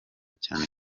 cyane